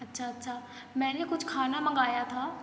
अच्छा अच्छा मैंने कुछ खाना मँगाया था